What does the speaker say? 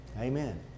Amen